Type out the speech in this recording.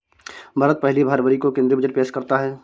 भारत पहली फरवरी को केंद्रीय बजट पेश करता है